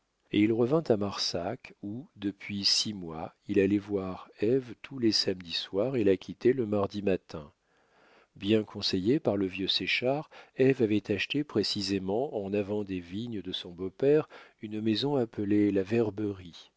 et il revint à marsac où depuis six mois il allait voir ève tous les samedis soir et la quittait le mardi matin bien conseillée par le vieux séchard ève avait acheté précisément en avant des vignes de son beau-père une maison appelée la verberie